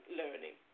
learning